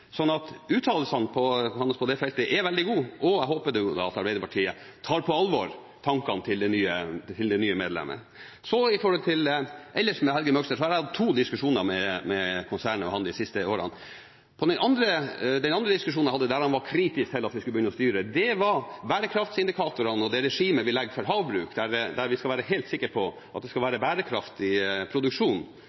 Uttalelsene hans på det feltet er veldig gode, og jeg håper at Arbeiderpartiet tar på alvor tankene til det nye medlemmet. Jeg har hatt to diskusjoner med Helge Møgster og konsernet hans de siste årene. Den andre diskusjonen jeg hadde, der han var kritisk til at vi skulle begynne å styre, gjaldt bærekraftindikatorene og det regimet vi legger for havbruket. Der skal vi være helt sikker på at det skal være bærekraftig produksjon,